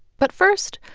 but first,